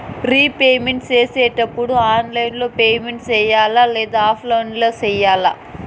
repayment సేసేటప్పుడు online లో payment సేయాలా లేదా ఆఫ్లైన్ లో సేయాలా